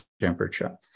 temperature